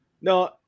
no